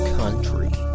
country